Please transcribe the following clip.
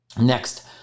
next